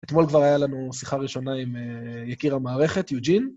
אתמול כבר היה לנו שיחה ראשונה עם יקיר המערכת, יוג'ין.